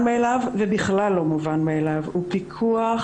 מאליו ובכלל לא מובן מאליו הוא פיקוח,